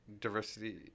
Diversity